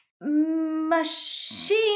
machine